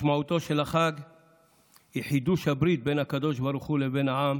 משמעותו של החג היא חידוש הברית בין הקדוש ברוך הוא לבין העם,